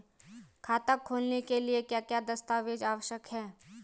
खाता खोलने के लिए क्या क्या दस्तावेज़ आवश्यक हैं?